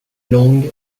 long